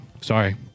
Sorry